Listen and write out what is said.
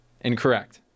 Incorrect